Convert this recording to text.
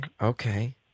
Okay